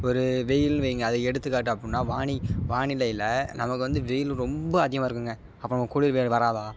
ஒரு வெயில்ன்னு வைங்க அதை எடுத்துக்காட்டு அப்புடின்னா வானி வானிலையில் நமக்கு வந்து வெயில் ரொம்ப அதிகமாக இருக்குங்க அப்போ நமக்கு குளிர் வே வராதா